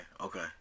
Okay